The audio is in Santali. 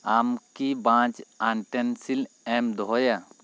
ᱟᱢ ᱠᱤ ᱵᱟᱧᱪᱟᱥ ᱟᱱᱴᱮᱱᱥᱤᱞ ᱮᱢ ᱫᱚᱦᱚᱭᱟ